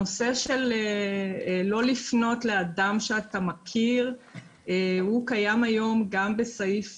הנושא של לא לפנות לאדם שאתה מכיר קיים היום גם בסעיף